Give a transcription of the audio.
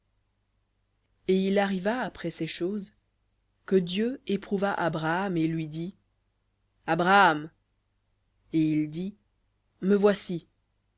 et il arriva après ces choses que dieu éprouva abraham et lui dit abraham et il dit me voici